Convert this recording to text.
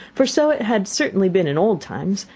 for so it had certainly been in old times,